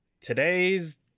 today's